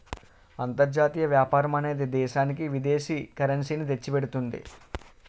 అంతర్జాతీయ వ్యాపారం అనేది దేశానికి విదేశీ కరెన్సీ ని తెచ్చిపెడుతుంది